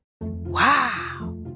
Wow